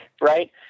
right